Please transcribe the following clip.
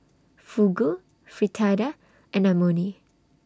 Fugu Fritada and Imoni